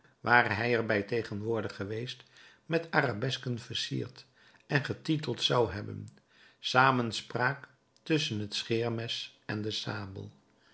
ware hij er bij tegenwoordig geweest met arabesken versierd en getiteld zou hebben samenspraak tusschen het scheermes en de sabel